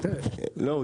לא,